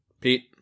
Pete